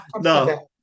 No